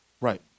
right